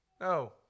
No